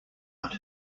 out